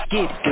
Get